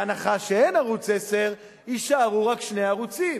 בהנחה שאין ערוץ-10, יישארו רק שני ערוצים